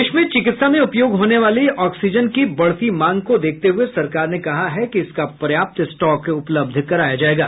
देश में चिकित्सा में उपयोग होने वाली ऑक्सीजन की बढ़ती मांग को देखते हए सरकार ने कहा है कि इसका पर्याप्त स्टाक उपलब्ध कराया जाएगा